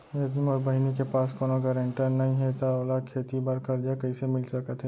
यदि मोर बहिनी के पास कोनो गरेंटेटर नई हे त ओला खेती बर कर्जा कईसे मिल सकत हे?